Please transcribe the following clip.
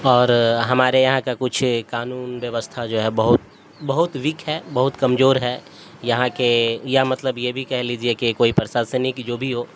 اور ہمارے یہاں کا کچھ قانون ویوستھا جو ہے بہت بہت ویک ہے بہت کمزور ہے یہاں کے یا مطلب یہ بھی کہہ لیجیے کہ کوئی پرشاسنک جو بھی ہو